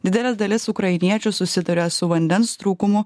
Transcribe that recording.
didelė dalis ukrainiečių susiduria su vandens trūkumu